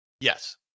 Yes